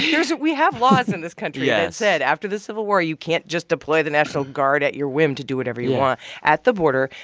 here's we have laws in this country that yeah said after the civil war, you can't just deploy the national guard at your whim to do whatever you want at the border.